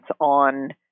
on